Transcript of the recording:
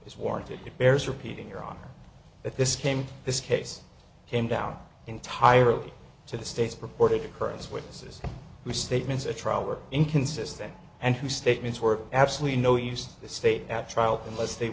is warranted it bears repeating your honor that this came this case came down entirely to the state's purported occurrence witnesses which statements at trial were inconsistent and whose statements were absolutely no used state at trial unless they